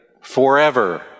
forever